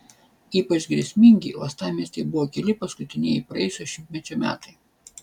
ypač grėsmingi uostamiestyje buvo keli paskutinieji praėjusio šimtmečio metai